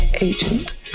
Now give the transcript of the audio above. Agent